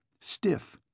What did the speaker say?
Stiff